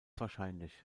wahrscheinlich